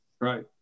Right